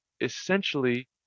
essentially